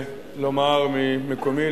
לומר ממקומי,